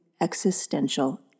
existential